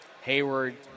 Hayward